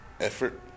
effort